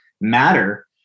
matter